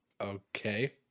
Okay